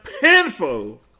painful